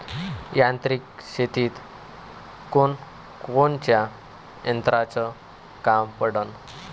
यांत्रिक शेतीत कोनकोनच्या यंत्राचं काम पडन?